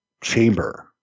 chamber